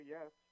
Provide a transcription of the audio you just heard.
Yes